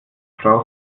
frau